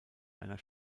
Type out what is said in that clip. einer